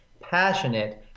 passionate